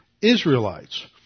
Israelites